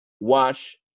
watch